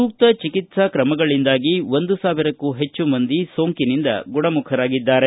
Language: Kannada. ಸೂಕ್ತ ಚಿಕಿತ್ಲಾ ತ್ರಮಗಳಿಂದಾಗಿ ಒಂದು ಸಾವಿರಕ್ಕೂ ಹೆಚ್ಚು ಮಂದಿ ಸೋಂಕಿನಿಂದ ಗುಣಮುಖರಾಗಿದ್ದಾರೆ